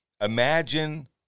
Imagine